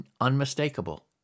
unmistakable